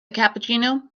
cappuccino